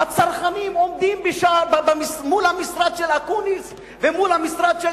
הצנחנים עומדים מול המשרד של אקוניס ומול המשרד של